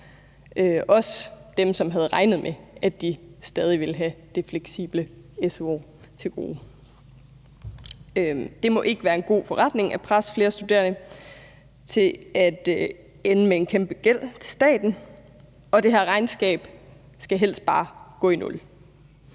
også dem, som havde regnet med, at de stadig ville have det fleksible su-år år til gode. Det må ikke være en god forretning at presse flere studerende til at ende med en kæmpe gæld til staten, og det her regnskab skal helst bare gå i nul.